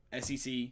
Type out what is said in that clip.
SEC